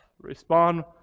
Respond